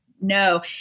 no